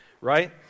right